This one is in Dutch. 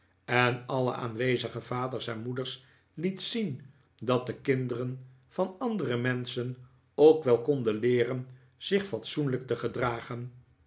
en alle aanwezige vaders en moeders liet zien dat de kinderen van andere menschen ook wel konden leeren zich fatsoenlijk te gedragen